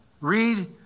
Read